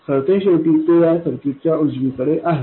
सरतेशेवटी ते या सर्किटच्या उजवीकडे आहे